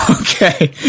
Okay